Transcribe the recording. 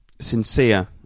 sincere